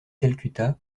calcutta